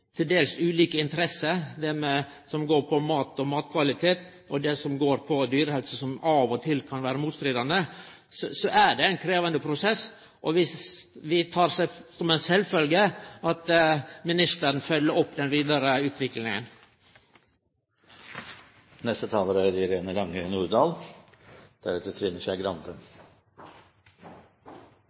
til dels ulik fagleg bakgrunn og ikkje minst til dels ulike interesser som går på mat og matkvalitet og på dyrehelse, som av og til kan vere motstridande, så er det ein krevjande prosess, og vi tek det som ein sjølvsagt ting at ministeren følgjer opp den vidare utviklinga.